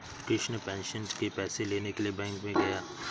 Krishna pension के पैसे लेने के लिए बैंक में गया